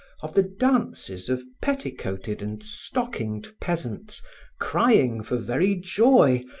of the dances of petticoated and stockinged peasants crying for very joy,